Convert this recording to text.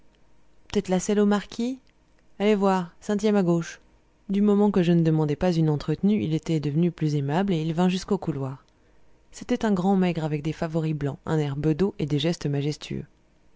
pt être la celle au marquis allez voir cintième à gauche du moment que je ne demandais pas une entretenue il était devenu plus aimable et il vint jusqu'au couloir c'était un grand maigre avec des favoris blancs un air bedeau et des gestes majestueux